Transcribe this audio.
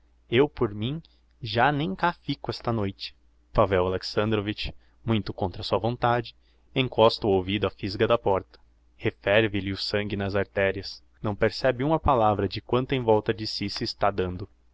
eu por mim já nem cá fico esta noite pavel alexandrovitch muito contra sua vontade encosta o ouvido á fisga da porta referve lhe o sangue nas arterias não percebe uma palavra de quanto em volta de si se está dando